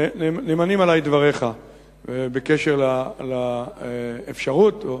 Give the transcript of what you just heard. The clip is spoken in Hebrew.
נאמנים עלי דבריך בקשר לאפשרות, או